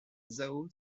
zhao